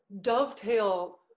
dovetail